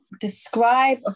Describe